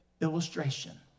illustration